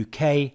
UK